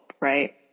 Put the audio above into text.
right